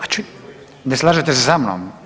Ne slažete se sa mnom?